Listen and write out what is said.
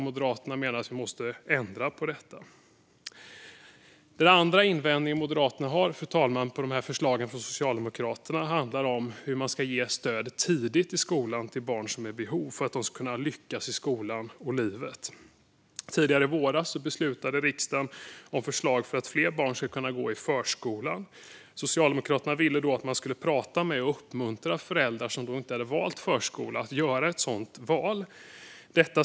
Moderaterna menar därför att vi måste ändra på detta. Fru talman! Den andra invändningen som Moderaterna har mot dessa förslag från Socialdemokraterna handlar om hur man ska ge stöd tidigt i skolan till barn som är i behov av det för att de ska kunna lyckas i skolan och i livet. Tidigare i våras beslutade riksdagen om förslag för att fler barn ska kunna gå i förskolan. Socialdemokraterna ville då att man skulle prata med och uppmuntra föräldrar som inte hade valt förskola att göra ett sådant val.